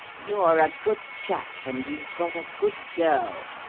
you're a good chap and you've got a good girl,